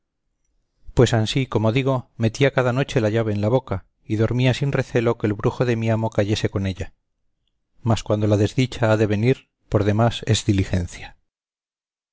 pues ansí como digo metía cada noche la llave en la boca y dormía sin recelo que el brujo de mi amo cayese con ella mas cuando la desdicha ha de venir por demás es diligencia